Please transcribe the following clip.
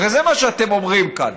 הרי זה מה שאתם אומרים כאן.